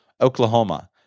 Oklahoma